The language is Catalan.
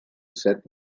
set